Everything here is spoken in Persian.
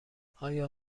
آیا